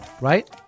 right